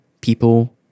people